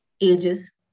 ages